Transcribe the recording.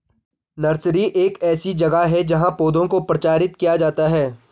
nursery एक ऐसी जगह है जहां पौधों को प्रचारित किया जाता है